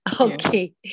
Okay